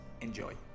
Enjoy